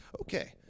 okay